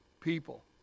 People